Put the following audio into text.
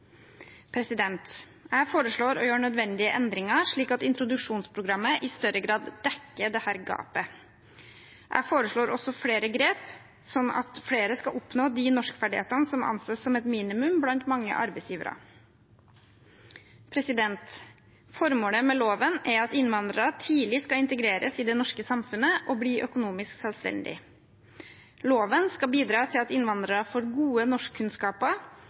Jeg foreslår å gjøre nødvendige endringer, slik at introduksjonsprogrammet i større grad dekker dette gapet. Jeg foreslår også flere grep, sånn at flere skal oppnå de norskferdighetene som anses som et minimum blant mange arbeidsgivere. Formålet med loven er at innvandrere tidlig skal integreres i det norske samfunnet og bli økonomisk selvstendige. Loven skal bidra til at innvandrere får gode norskkunnskaper,